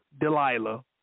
Delilah